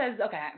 okay